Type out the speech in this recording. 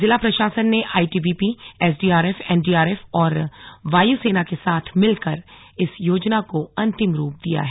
जिला प्रशासन ने आईटीबीपी एसडीआरएफ एनडीआरएफ और वायुसेना के साथ मिलकर इस योजना को अंतिम रूप दिया है